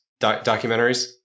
documentaries